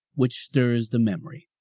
which stirs the memory.